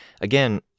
Again